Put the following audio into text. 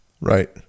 Right